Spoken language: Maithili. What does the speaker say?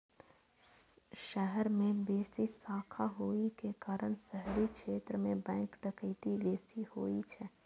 शहर मे बेसी शाखा होइ के कारण शहरी क्षेत्र मे बैंक डकैती बेसी होइ छै